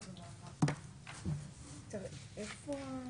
היא מוועדת חוקה, זה נושא של חוץ וביטחון.